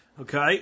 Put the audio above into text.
Okay